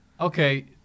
Okay